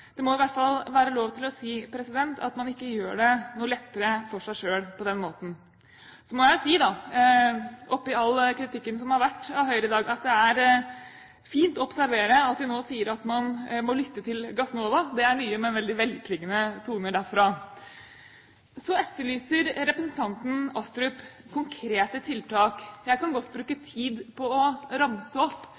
Det må i hvert fall være lov til å si at man ikke gjør det noe lettere for seg selv på den måten. Så må jeg oppi all kritikken som har vært mot Høyre i dag, si at det er fint å observere at de nå sier at man må lytte til Gassnova. Det er nye, men veldig velklingende toner derfra. Representanten Astrup etterlyser konkrete tiltak. Jeg kan godt bruke tid på å ramse opp: